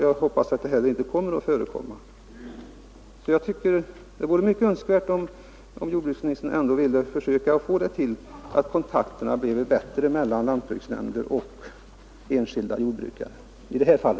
Jag hoppas att det inte heller kommer att gripande förändringar i en jordbruksbygd förekomma. Jag tycker det vore önskvärt om jordbruksministern ändå ville försöka åstadkomma att kontakterna mellan lantbruksnämnder och enskilda jordbrukare blev bättre.